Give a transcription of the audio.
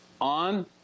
on